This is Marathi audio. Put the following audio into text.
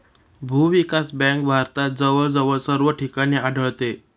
भूविकास बँक भारतात जवळजवळ सर्व ठिकाणी आढळते